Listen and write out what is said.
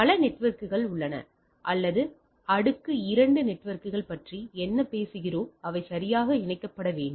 பல நெட்வொர்க்குகள் உள்ளன அல்லது அடுக்கு இரண்டு நெட்வொர்க்குகள் பற்றி என்ன பேசுகிறோம் அவை சரியாக இணைக்கப்பட வேண்டும்